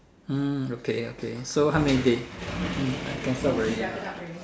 hmm okay okay so how many day hmm can stop already ah